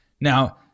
Now